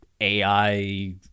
AI